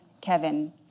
Kevin